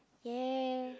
ya